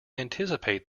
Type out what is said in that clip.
anticipate